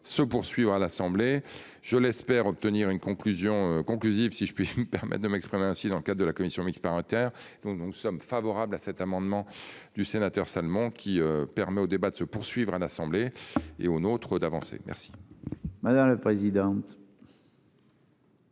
se poursuivre à l'Assemblée, je l'espère obtenir une conclusion conclusive, si je puis me permettre de m'exprimer ainsi, dans le cas de la commission mixte paritaire, donc nous sommes favorables à cet amendement du sénateur seulement qui permet au débat de se poursuivre à l'Assemblée et une autre d'avancer. Merci. Madame la présidente.